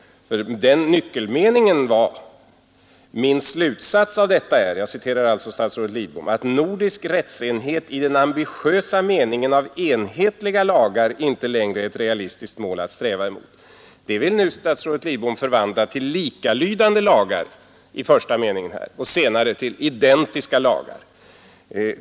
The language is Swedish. Nyckelmeningen var — jag citerar alltså statsrådet Lidbom: ”Min slutsats av detta är, att nordisk rättsenhet i den ambitiösa meningen av enhetliga lagar inte längre är ett realistiskt mål att sträva mot.” Det vill nu statsrådet Lidbom förvandla till ”likalydande” lagar i den första meningen och senare till ”identiska” lagar.